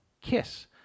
Kiss